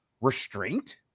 restraint